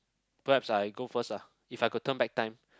perhaps I go first ah if I can turn back time